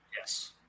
Yes